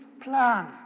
plan